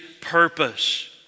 purpose